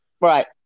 right